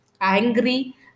angry